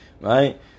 right